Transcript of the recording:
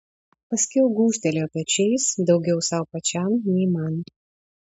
paskiau gūžtelėjo pečiais daugiau sau pačiam nei man